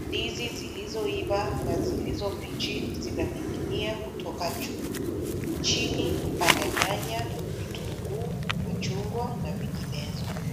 Ndizi zilizoiva na zilizo mbichi zinaning'ina kutoka juu. Chini pana nyanya, vitunguu, machungwa, na vinginezo.